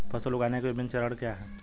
फसल उगाने के विभिन्न चरण क्या हैं?